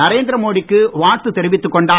நரேந்திர மோடி க்கு வாழ்த்து தெரிவித்துக் கொண்டார்